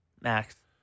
Max